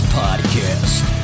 podcast